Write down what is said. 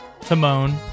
Timon